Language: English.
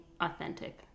authentic